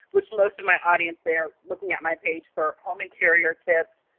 which most of my audience, they're looking at my page for home interior tips,